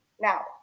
Now